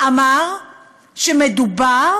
אמר שמדובר